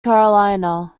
carolina